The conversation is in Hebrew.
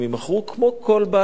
כמו כל בעל ביזנס.